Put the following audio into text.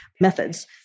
methods